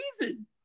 reason